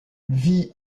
vie